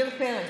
עמיר פרץ,